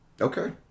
Okay